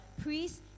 priests